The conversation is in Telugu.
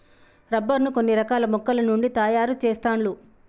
రబ్బర్ ను కొన్ని రకాల మొక్కల నుండి తాయారు చెస్తాండ్లు